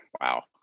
Wow